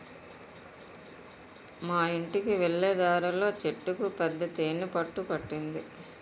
మా యింటికి వెళ్ళే దారిలో చెట్టుకు పెద్ద తేనె పట్టు పట్టింది